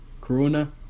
Corona